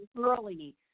early